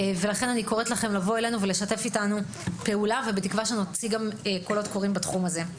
אני בתקווה שנוציא גם קולות קוראים בתחום הזה.